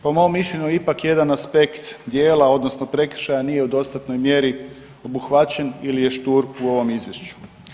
Po mom mišljenju ipak jedan aspekt dijela odnosno prekršaja nije u dostatnoj mjeri obuhvaćen ili je štur u ovom izvješću.